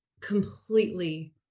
completely